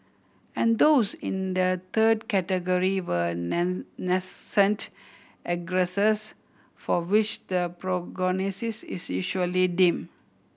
and those in a third category were nascent aggressors for which the prognosis is usually dim